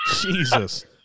jesus